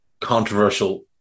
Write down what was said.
controversial